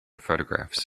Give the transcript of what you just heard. photographs